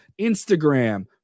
Instagram